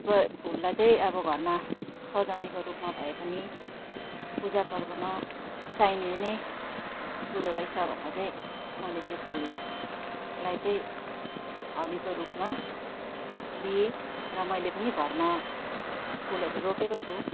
प्र फुललाई चाहिँ अब घरमा सजाउनेको रूपमा भए पनि पूजा पर्वमा चाहिने नै कुरो रहेछ भनेर चाहिँ मैले त्यो फुललाई चाहिँ हबीको रूपमा लिएँ र मैले पनि घरमा फुलहरू रोपेको छु